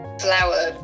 flower